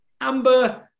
Amber